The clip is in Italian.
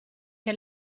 che